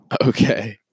Okay